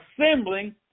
assembling